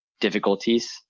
difficulties